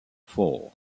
four